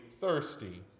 thirsty